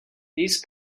these